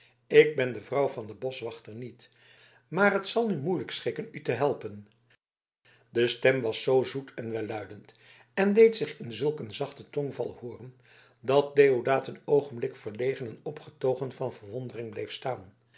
ik ben de vrouw van den boschwachter niet maar t zal nu moeilijk schikken u te helpen de stem was zoo zoet en welluidend en deed zich in zulk een zachten tongval hooren dat deodaat een oogenblik verlegen en opgetogen van verwondering bleef staan